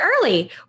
early